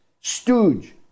Stooge